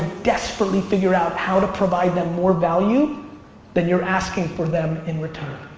desperately figure out how to provide them more value than you're asking from them in return.